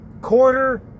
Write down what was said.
quarter